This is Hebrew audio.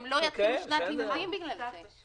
לא יתחילו שנת הלימודים בגלל זה.